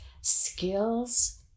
skills